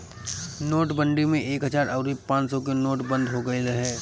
नोटबंदी में एक हजार अउरी पांच सौ के नोट बंद हो गईल रहे